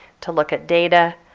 to look at data,